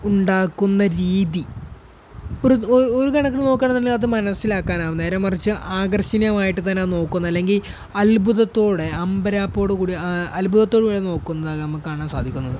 ഉണ്ടാക്കുന്ന രീതി ഒരു ഒരു ഒരു കണക്കിന് നോക്കുകയാണെന്നുണ്ടെങ്കിൽ അത് മനസ്സിലാക്കാൻ ആവും നേരെമറിച്ച് ആകർഷണീയമായിട്ടുതന്നെ അത് നോക്കും എന്ന് അല്ലെങ്കിൽ അത്ഭുതത്തോടെ അമ്പരാപ്പോടുകൂടി അത്ഭുതത്തോടുകൂടി നോക്കുന്നത് നമുക്ക് കാണാൻ സാധിക്കുന്നത്